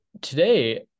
today